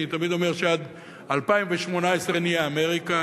אני תמיד אומר שעד 2018 נהיה אמריקה.